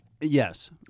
Yes